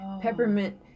peppermint